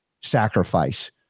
sacrifice